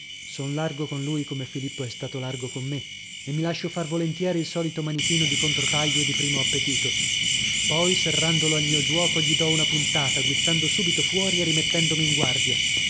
son largo con lui come filippo è stato largo con me e mi lascio far volontieri il solito manichino di controtaglio e di primo appetito poi serrandolo al mio giuoco gli dò una puntata guizzando subito fuori e rimettendomi in guardia